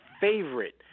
favorite